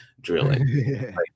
drilling